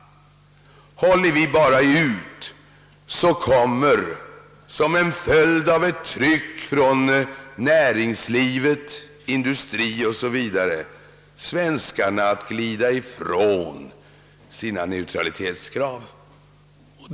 Håller vi bara ut så kommer som en följd av ett tryck från näringsliv, industri o. s. v. svenskarna att glida ifrån sitt neutralitetskrav.